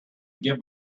give